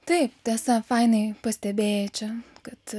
tai tiesa fainai pastebėjai čia kad